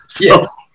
Yes